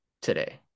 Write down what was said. today